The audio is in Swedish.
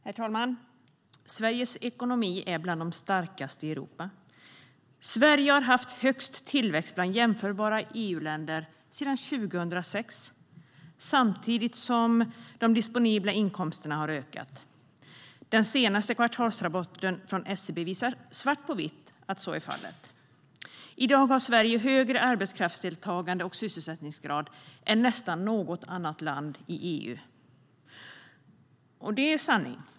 Herr talman! Sveriges ekonomi är bland de starkaste i Europa. Sverige har haft högst tillväxt bland jämförbara EU-länder sedan 2006, samtidigt som de disponibla inkomsterna har ökat. Den senaste kvartalsrapporten från SCB visar svart på vitt att så är fallet. I dag har Sverige högre arbetskraftsdeltagande och sysselsättningsgrad än nästan något annat land i EU. Det är sanning.